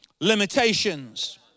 limitations